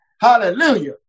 Hallelujah